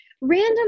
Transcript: random